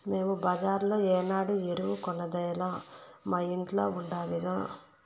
మేము బజార్లో ఏనాడు ఎరువు కొనేదేలా మా ఇంట్ల ఉండాదిగా